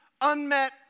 unmet